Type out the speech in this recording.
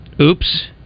Oops